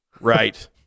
Right